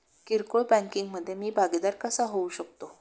किरकोळ बँकिंग मधे मी भागीदार कसा होऊ शकतो?